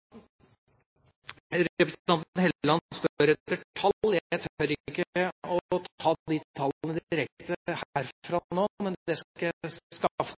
Representanten Helleland spør etter tall, dvs. i hvor mange saker man har brukt Dublin-prosedyren. Jeg tør ikke å ta de tallene direkte herfra nå, men dem skal